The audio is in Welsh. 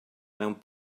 mewn